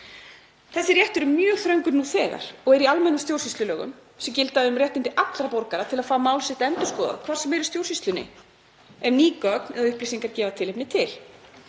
Þessi réttur er mjög þröngur nú þegar og er í almennum stjórnsýslulögum sem gilda um réttindi allra borgara til að fá mál sitt endurskoðað í stjórnsýslunni ef ný gögn eða upplýsingar gefa tilefni til.